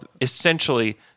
essentially